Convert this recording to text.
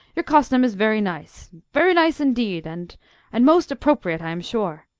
your costume is very nice very nice indeed, and and most appropriate, i am sure.